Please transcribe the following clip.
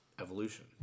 evolution